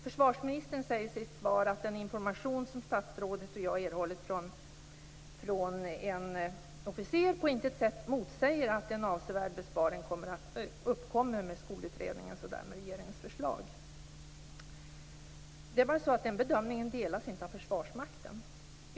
Försvarsministern säger i sitt svar att den information som statsrådet och jag har erhållit från en officer på intet sätt motsäger att en avsevärd besparing uppkommer med skolutredningens och därmed regeringens förslag. Den bedömningen delas inte av Försvarsmakten.